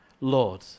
Lord